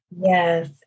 Yes